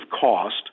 cost